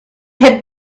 had